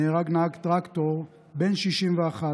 נהרג נהג טרקטור בן 61,